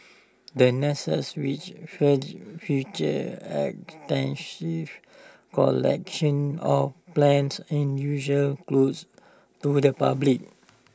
the which features extensive collections of plants is usually closed to the public